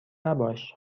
نباش